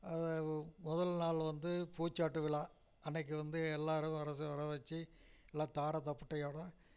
அதை முதல் நாள் வந்து பூச்சாட்டு விழா அன்னைக்கு வந்து எல்லாரும் வரச வர வச்சு நல்லா தாரை தப்பட்டையோட